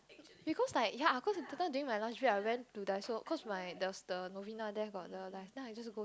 because like ya cause that time during my lunch break I went to Daiso cause my the the Novena there got the Daiso then I just go